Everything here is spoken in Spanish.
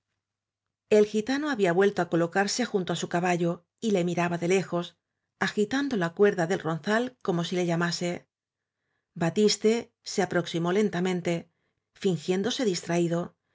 el gitano había vuelto á colocarse junto á su caballo y le miraba de lejos agitando la cuerda del ronzal como si le llamase ba tiste se aproximó lentamente fingiéndose dis traído